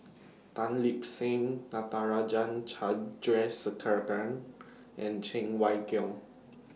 Tan Lip Seng Natarajan Chandrasekaran and Cheng Wai Keung